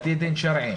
בתי דין שרעיים,